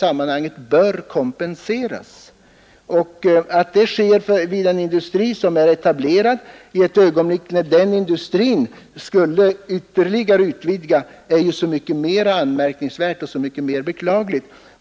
Att det sker en utflyttning av en industri som redan är etablerad, och detta vid en tidpunkt när denna industri står i begrepp att utvidga ytterligare, är mycket anmärkningsvärt och beklagligt.